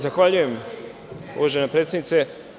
Zahvaljujem, uvažena predsednice.